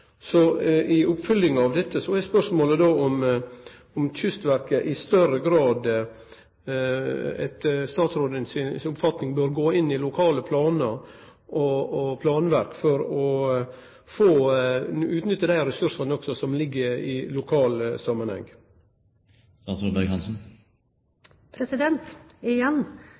Så i oppfølginga av dette er spørsmålet då om Kystverket etter statsråden si oppfatning i større grad bør gå inn i lokale planar og planverk for å utnytte dei ressursane som ligg i lokal